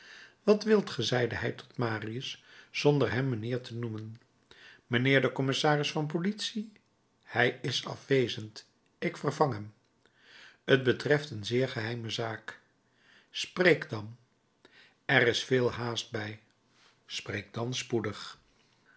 wat wilt ge zeide hij tot marius zonder hem mijnheer te noemen mijnheer de commissaris van politie hij is afwezend ik vervang hem t betreft een zeer geheime zaak spreek dan er is veel haast bij spreek dan spoedig